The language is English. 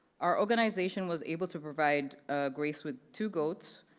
our organization was able to provide grace with two goats,